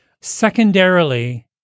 Secondarily